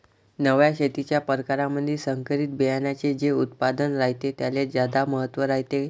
नव्या शेतीच्या परकारामंधी संकरित बियान्याचे जे उत्पादन रायते त्याले ज्यादा महत्त्व रायते